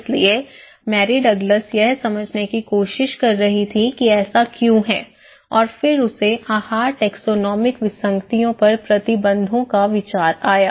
इसलिए Mary Douglas यह समझने की कोशिश कर रही थी कि ऐसा क्यों है और फिर उसे आहार टैक्सोनोमिक विसंगतियों पर प्रतिबंधों का विचार आया